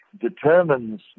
determines